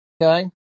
Okay